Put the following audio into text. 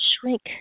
shrink